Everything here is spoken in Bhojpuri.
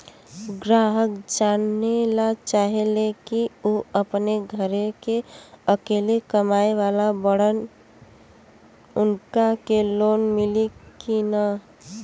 ग्राहक जानेला चाहे ले की ऊ अपने घरे के अकेले कमाये वाला बड़न उनका के लोन मिली कि न?